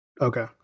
okay